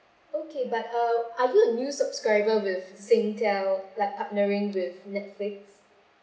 okay but uh are you a new subscriber with Singtel like partnering with Netflix